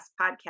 Podcast